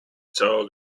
dog